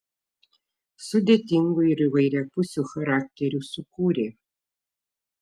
sudėtingų ir įvairiapusių charakterių sukūrė